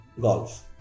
golf